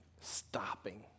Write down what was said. stopping